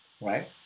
Right